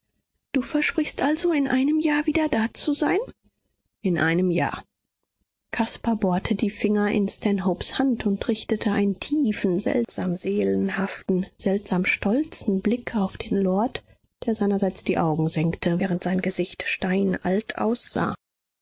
du versprichst also in einem jahr wieder dazusein in einem jahr caspar bohrte die finger in stanhopes hand und richtete einen tiefen seltsam seelenhaften seltsam stolzen blick auf den lord der seinerseits die augen senkte während sein gesicht steinalt aussah